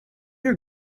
are